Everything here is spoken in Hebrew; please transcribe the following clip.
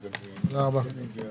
תודה רבה, הישיבה נעולה.